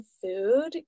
food